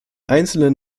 einzelnen